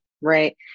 Right